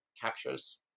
captures